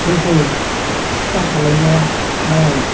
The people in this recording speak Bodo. गोदो सिकित्सा खालामनाया मालाय